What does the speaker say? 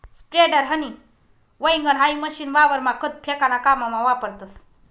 spreader, हनी वैगण हाई मशीन वावरमा खत फेकाना काममा वापरतस